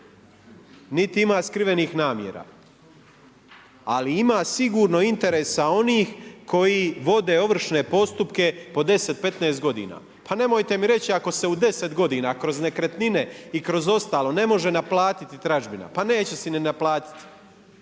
niti ima skrivenih namjera. Ali ima sigurno interesa onih koji vode ovršne postupke po 10, 15 godina. Pa nemojte mi reći ako se u 10 godina kroz nekretnine i kroz ostalo ne može naplatiti tražbina pa neće se ni naplatiti.